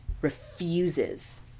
Refuses